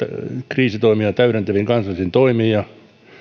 kriisitoimia täydentäviin kansallisiin toimiin ja